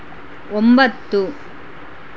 ಒಂಬತ್ತು